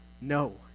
No